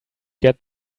get